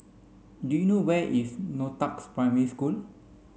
do you know where is Northoaks Primary School